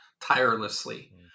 tirelessly